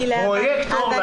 פרויקטור,